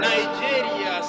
Nigeria